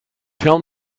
tell